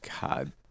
God